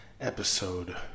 episode